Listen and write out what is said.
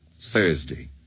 Thursday